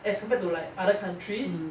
as compared to like other countries